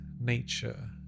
nature